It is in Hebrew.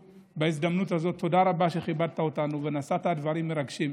ובהזדמנות הזאת שוב תודה רבה על שכיבדת אותנו ונשאת דברים מרגשים.